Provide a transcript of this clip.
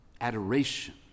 adoration